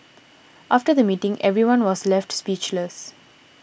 after the meeting everyone was left speechless